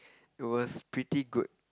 it was pretty good